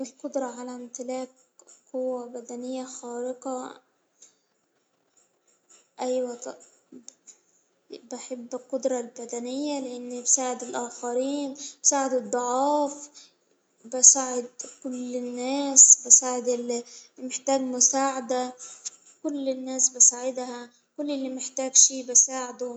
القدرة على إمتلاك قوة بدنية خارقة، أيوة بحب القدرة البدنية، لأن بساعد الآخرين ،بسبب الضعاف ،بساعد كل الناس، بساعد اللي محتاج مساعدة، كل الناس بساعدها ، كل اللي محتاج شي بساعده.